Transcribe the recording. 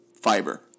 fiber